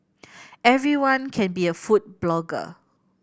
everyone can be a food blogger